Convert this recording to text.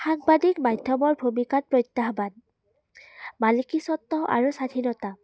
সাংবাদিক মাধ্যমৰ ভূমিকাত প্ৰত্যাহ্বান মালিকীস্বত্ব আৰু স্বাধীনতা